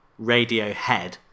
Radiohead